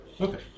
Okay